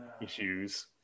issues